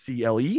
CLE